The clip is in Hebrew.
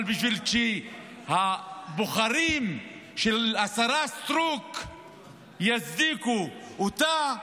אבל בשביל שהבוחרים של השרה סטרוק יצדיקו אותה,